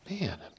man